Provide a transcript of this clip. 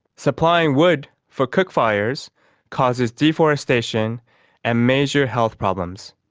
supplying wood for cook fires causes deforestation and major health problems,